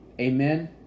amen